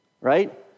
right